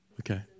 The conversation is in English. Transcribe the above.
Okay